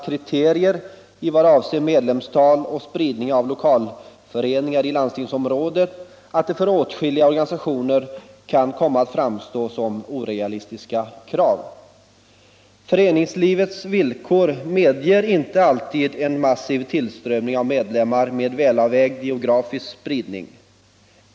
kriterier i fråga om medlemsantal och spridning av lokalföreningar i landstingsområdet att de för åtskilliga organisationer kan komma att framstå som orealistiska krav. Föreningslivets villkor medger inte alltid en massiv tillströmning av medlemmar med välavvägd geografisk spridning.